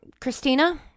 Christina